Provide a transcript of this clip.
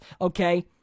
okay